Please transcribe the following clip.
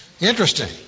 Interesting